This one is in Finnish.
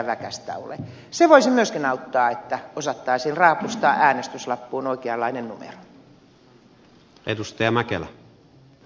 se voisi myöskin auttaa siihen että osattaisiin raapustaa äänestyslappuun oikeanlainen numero